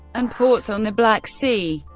and ports on the black sea.